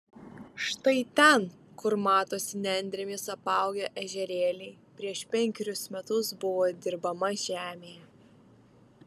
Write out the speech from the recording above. štai ten kur matosi nendrėmis apaugę ežerėliai prieš penkerius metus buvo dirbama žemė